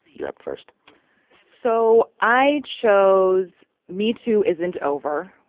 you're up first so i chose metoo isn't over,